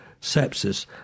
sepsis